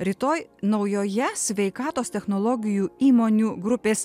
rytoj naujoje sveikatos technologijų įmonių grupės